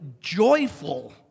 joyful